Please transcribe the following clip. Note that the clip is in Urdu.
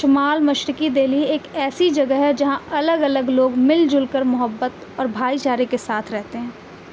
شمال مشرقی دلی ایک ایسی جگہ ہے جہاں الگ الگ لوگ مل جل کر محبت اور بھائی چارے کے ساتھ رہتے ہیں